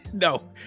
No